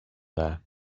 there